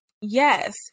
yes